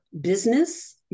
business